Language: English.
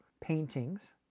paintings